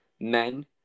men